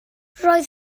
roedd